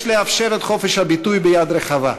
יש לאפשר את חופש הביטוי ביד רחבה,